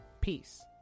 Peace